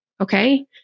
Okay